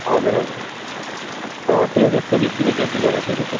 हजुर हजुर हजुर छ त्यो एक सय बिस रुपियाँ केजी गरेर दिँदैछु